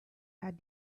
had